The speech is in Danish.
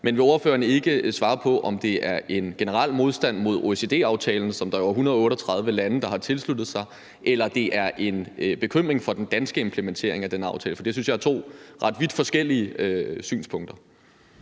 Men vil ordføreren ikke svare på, om der er tale om en generel modstand mod OECD-aftalen, som der jo er 138 lande der har tilsluttet sig, eller om en bekymring for den danske implementering af den aftale? For det synes jeg er to ret vidt forskellige synspunkter.